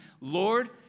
Lord